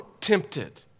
tempted